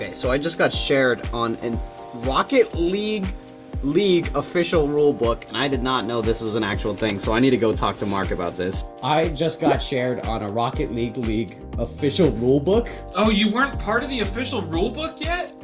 yeah so i just got shared on a rocket league league official rulebook. i did not know this was an actual thing, so i need to go talk to mark about this. i just got shared on a rocket league league official rulebook. oh, you weren't part of the official rulebook yet?